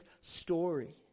story